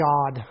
God